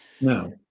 No